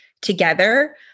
together